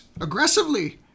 aggressively